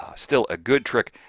ah still a good trick.